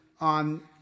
on